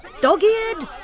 dog-eared